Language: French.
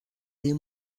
des